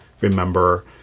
remember